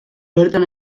bertan